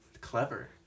Clever